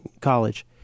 college